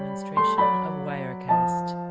stretched wirecast